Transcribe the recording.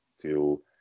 till